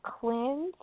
cleanse